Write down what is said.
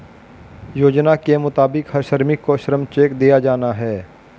योजना के मुताबिक हर श्रमिक को श्रम चेक दिया जाना हैं